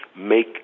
make